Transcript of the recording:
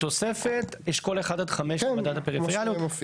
בתוספת אשכול 1 עד 5 במדד הפריפריאליות.